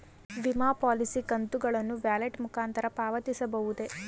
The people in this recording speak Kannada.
ವಿಮಾ ಪಾಲಿಸಿ ಕಂತುಗಳನ್ನು ವ್ಯಾಲೆಟ್ ಮುಖಾಂತರ ಪಾವತಿಸಬಹುದೇ?